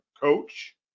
coach